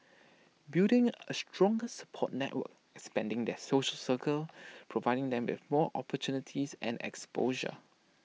building A stronger support network expanding their social circles providing them with more opportunities and exposure